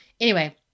anyway-